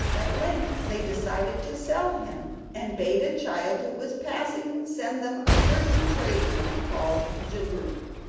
at length they decided to sell him, and bade a child who was passing send them a certain tradesman called jimmu.